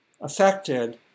affected